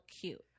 cute